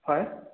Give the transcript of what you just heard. হয়